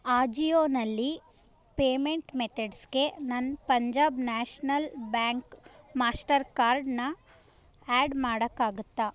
ಆಜಿಯೋನಲ್ಲಿ payment ಮೆತಡ್ಸ್ಗೆ ನನ್ನ Punjab national bank master ಕಾರ್ಡ್ನ ಆ್ಯಡ್ ಮಾಡೋಕ್ಕಾಗುತ್ತಾ